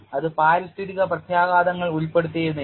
അത് പാരിസ്ഥിതിക പ്രത്യാഘാതങ്ങൾ ഉൾപ്പെടുത്തിയിരുന്നില്ല